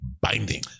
binding